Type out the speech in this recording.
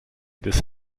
this